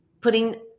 putting